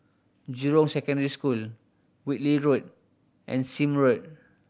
Jurong Secondary School Whitley Road and Sime Road